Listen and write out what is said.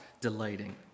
delighting